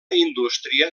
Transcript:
indústria